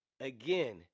again